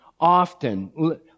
often